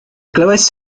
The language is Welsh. glywais